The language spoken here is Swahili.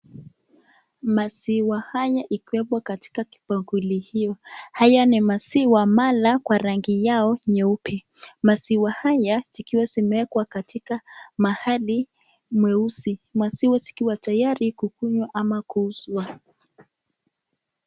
Maziwa haya ikiwepo katika kibakuli hiyo. haya ni maziwa mala kwa rangi yao nyeupe. Maziwa haya zikiwa zimewekwa katika mahali mweusi. Maziwa zikiwa tayari kukunywa ama kuuzwa.